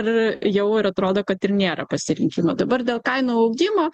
ir jau ir atrodo kad ir nėra pasirinkimo dabar dėl kainų augimo